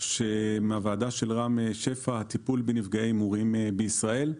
מהוועדה של רם שפע, טיפול בנפגעי הימורים בישראל.